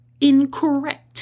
incorrect